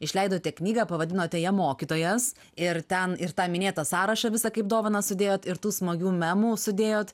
išleidote knygą pavadinote ją mokytojas ir ten ir tą minėtą sąrašą visą kaip dovaną sudėjot ir tų smagių memų sudėjot